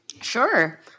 Sure